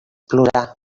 plorar